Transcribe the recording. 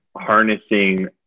harnessing